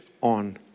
on